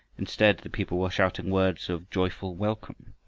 instead the people were shouting words of joyful welcome.